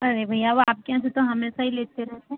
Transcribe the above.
अरे भैया वो आप के यहाँ से तो हमेशा ही लेते रहते है